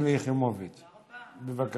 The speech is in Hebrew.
שלי יחימוביץ, בבקשה.